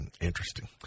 Interesting